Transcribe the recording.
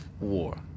war